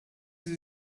sie